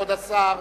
כבוד השר,